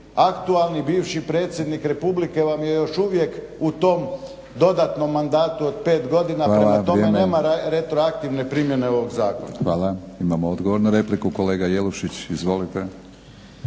aktualni predsjednik Republike vam je još uvije u tom dodatnom mandatu od pet godina prema tome nema retroaktivne primjene ovog zakona. **Batinić, Milorad (HNS)** Hvala. Imamo odgovor na repliku, kolega Jelušić izvolite.